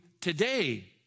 today